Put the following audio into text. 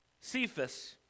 Cephas